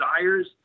desires